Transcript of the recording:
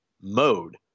mode